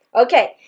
Okay